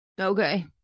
okay